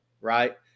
Right